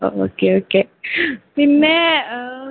okay okay പിന്നെ